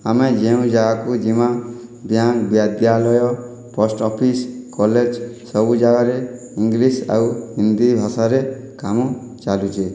ଆମେ ଯେଉଁ ଜାଗାକୁ ଯିମା ବ୍ୟାଙ୍କ୍ ବିଦ୍ୟାଳୟ ପୋଷ୍ଟ୍ ଅଫିସ୍ କଲେଜ୍ ସବୁ ଜାଗାରେ ଇଂଲିଶ୍ ଆଉ ହିନ୍ଦୀ ଭାଷାରେ କାମ ଚାଲୁଛେ